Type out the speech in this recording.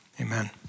Amen